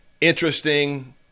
interesting